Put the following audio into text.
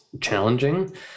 challenging